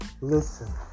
Listen